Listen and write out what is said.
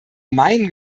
meinen